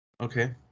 Okay